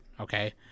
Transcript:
okay